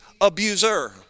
abuser